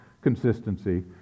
consistency